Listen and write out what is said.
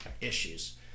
issues